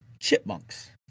Chipmunks